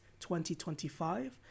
2025